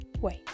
Wait